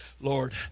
Lord